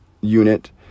unit